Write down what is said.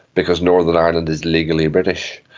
because northern ireland is legally british.